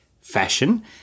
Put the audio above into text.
fashion